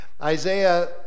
Isaiah